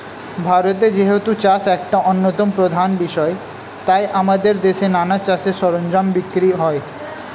ভারতে যেহেতু চাষ একটা অন্যতম প্রধান বিষয় তাই আমাদের দেশে নানা চাষের সরঞ্জাম বিক্রি হয়